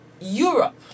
Europe